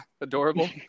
adorable